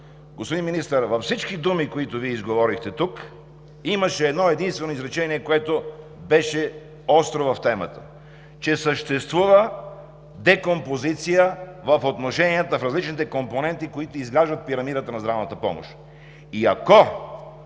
господин Министър, във всички думи, които изговорихте тук, имаше едно-единствено изречение, което беше остро в темата, че съществува декомпозиция в отношенията на различните компоненти, които изграждат пирамидата на здравната помощ.